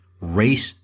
Race